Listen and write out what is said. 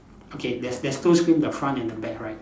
okay there's there's two screen the front and the back right